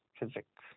Physics